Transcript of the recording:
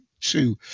two